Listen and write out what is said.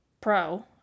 pro